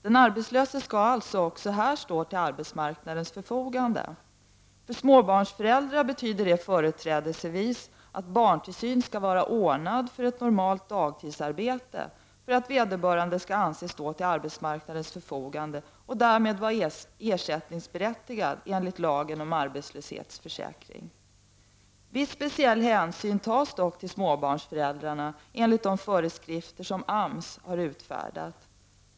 Den arbetslöse skall alltså också här stå till arbetsmarknadens förfogande. För småbarnsföräldrar betyder det företrädesvis, att barntillsyn skall vara ordnad för ett normalt dagstidsarbete för att vederbörande skall anses stå till arbetsmarknadens förfogande och därmed vara ersättningsberättigad enligt lagen om arbetslöshetsförsäkring. Viss speciell hänsyn tas dock till småbarnsföräldrarna enligt de föreskrifter AMS har utfärdat.